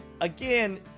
again